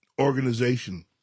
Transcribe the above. organization